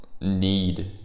need